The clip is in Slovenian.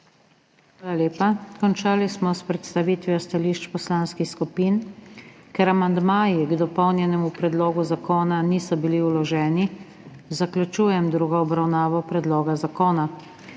Hvala lepa. Končali smo s predstavitvijo stališč poslanskih skupin. Ker amandmaji k dopolnjenemu predlogu zakona niso bili vloženi, zaključujem drugo obravnavo predloga zakona.